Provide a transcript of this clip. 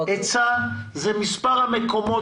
היצע זה מספר המקומות